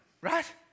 right